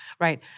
right